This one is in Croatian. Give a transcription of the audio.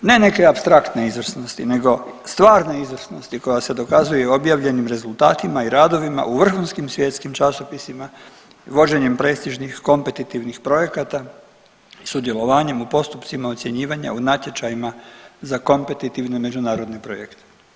Ne neke apstraktne izvrsnosti nego stvarne izvrsnosti koja se dokazuje i u objavljenim rezultatima i radovima u vrhunskim svjetskim časopisima, vođenjem prestižnih kompetitivnih projekata i sudjelovanjem u postupcima ocjenjivanja u natječajima za kompetetivne međunarodne projekte.